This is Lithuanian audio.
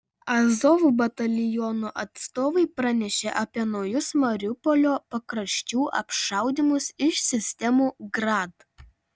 azov bataliono atstovai pranešė apie naujus mariupolio pakraščių apšaudymus iš sistemų grad